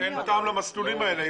אין טעם למסלולים האלה.